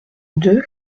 deux